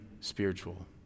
spiritual